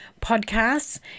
podcasts